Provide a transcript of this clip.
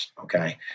okay